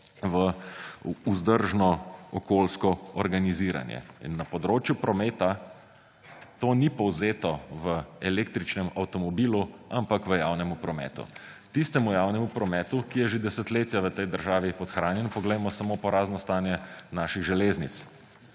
v vzdržno okoljsko organiziranje. In na področju prometa to ni povzeto v električnem avtomobilu, ampak v javnem prometu. Tistemu javnemu prometu, ki je že desetletja v tej državi podhranjeno – poglejmo samo porazno stanje naših železnic.